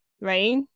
right